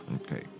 okay